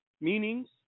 meanings